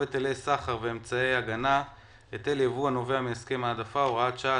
היטלי סחר ואמצעי הגנה (היטל יבוא הנובע מהסכם העדפה) (הוראת שעה),